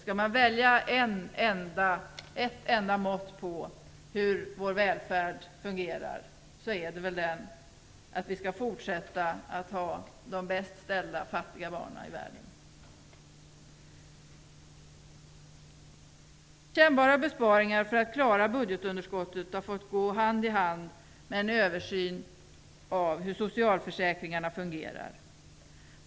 Skall man välja ett enda mått på hur vår välfärd fungerar, så är det väl att vi skall fortsätta att ha "de bäst ställda fattiga barnen i världen". Kännbara besparingar för att klara budgetunderskottet har fått gå hand i hand med en översyn av hur socialförsäkringarna fungerar.